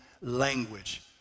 language